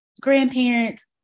grandparents